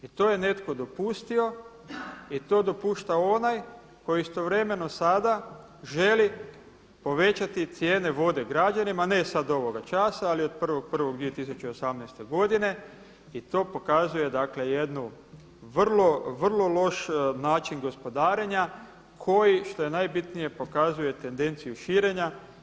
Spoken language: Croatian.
I to je netko dopustio i to dopušta onaj koji istovremeno sada želi povećati cijene vode građanima, ne sada ovoga časa ali od 1.1.2018. godine i to pokazuje jednu vrlo loš način gospodarenja koji što je najbitnije pokazuje tendenciju širenja.